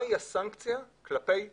מה היא הסנקציה כלפי עבריינים?